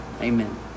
amen